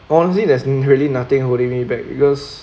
honestly there's really nothing holding me back because